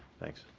thanks.